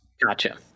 Gotcha